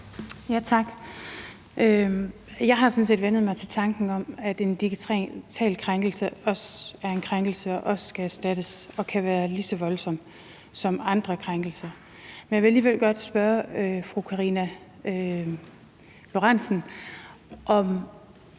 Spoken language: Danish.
Tak. Jeg har sådan set vænnet mig til tanken om, at en digital krænkelse også er en krænkelse, også skal føre til erstatning og kan være lige så voldsom som andre krænkelser. Men jeg vil alligevel godt spørge fru Karina Lorentzen